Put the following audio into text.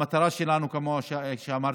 המטרה שלנו, כמו שאמרתי,